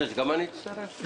גם אני מצטרף.